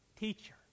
Teacher